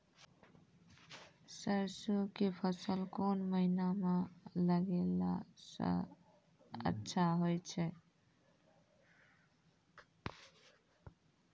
सरसों के फसल कोन महिना म लगैला सऽ अच्छा होय छै?